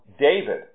David